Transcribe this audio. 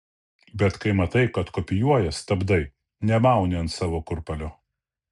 bet kai matai kad kopijuoja stabdai nemauni ant savo kurpalio